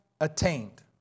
attained